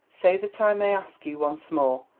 say that i may ask you once more,